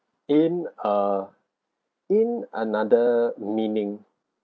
in uh in another meaning